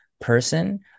person